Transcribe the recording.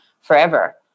forever